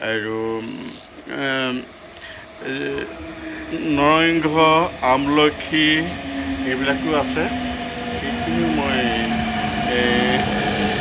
আৰু নৰসিংহ আমলখি সেইবিলাকো আছে সেইখিনিও মই